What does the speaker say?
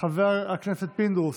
חבר הכנסת פינדרוס,